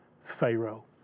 Pharaoh